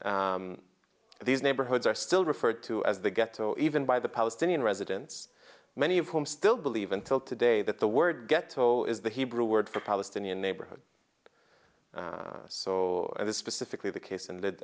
there these neighborhoods are still referred to as the ghetto even by the palestinian residents many of whom still believe until today that the word ghetto is the hebrew word for palestinian neighborhood so this specifically the case and that